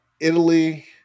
Italy